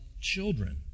children